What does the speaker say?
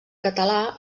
català